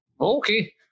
Okay